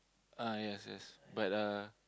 uh yes yes but uh